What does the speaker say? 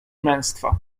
męstwa